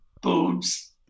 boobs